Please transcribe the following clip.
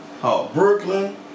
Brooklyn